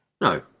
No